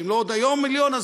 אם עוד לא מיליון היום,